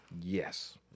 Yes